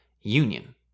union